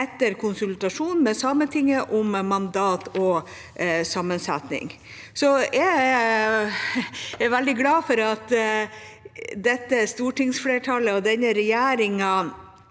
etter konsultasjon med Sametinget om mandat og sammensetning. Så jeg er veldig glad for at dette stortingsflertallet og denne regjeringa